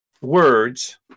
words